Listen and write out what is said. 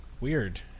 Weird